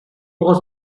was